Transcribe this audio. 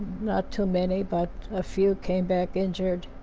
not too many, but a few came back injured.